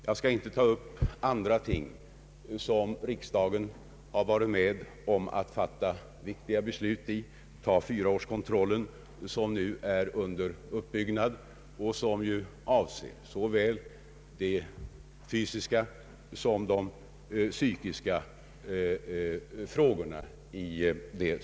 Jag behöver inte nämna sådana ting som riksdagen fattat beslut i, men fyraårskontrollen t.ex., som nu är under uppbyggnad, avser ju såväl fysisk som psykisk hälsovård.